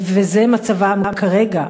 וזה מצבם כרגע.